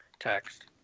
text